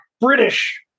British